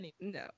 no